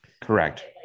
Correct